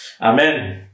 Amen